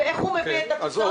ואיך הוא מביא את התוצאות.